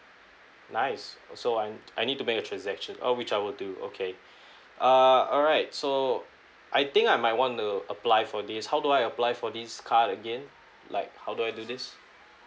nice so I I need to make a transaction uh which I will do okay err alright so I think I might want to apply for this how do I apply for this card again like how do I do this